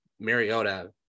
Mariota